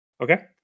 Okay